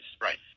Right